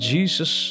Jesus